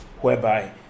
whereby